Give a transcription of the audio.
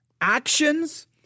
Actions